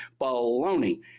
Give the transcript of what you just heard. Baloney